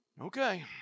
Okay